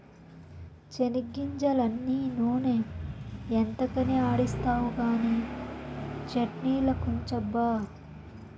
చెనిగ్గింజలన్నీ నూనె ఎంతకని ఆడిస్తావు కానీ చట్ట్నిలకుంచబ్బా